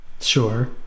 Sure